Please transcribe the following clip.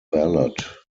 ballot